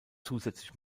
zusätzlich